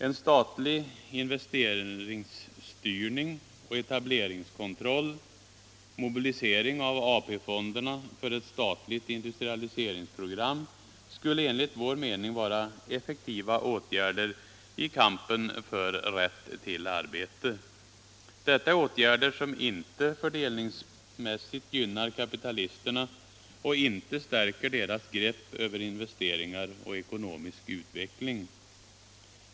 En statlig investeringsstyrning och etableringskontroll samt mobilisering av AP-fonderna för ett statligt industrialiseringsprogram skulle enligt vår mening vara effektiva åtgärder i kampen för rätt till arbete. Detta är åtgärder som inte fördelningsmässigt gynnar kapitalisterna och inte stärker deras grepp över investeringar och ekonomisk utveckling.